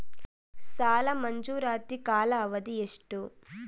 ಸಾಲ ಮಂಜೂರಾತಿ ಕಾಲಾವಧಿ ಎಷ್ಟು?